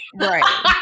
right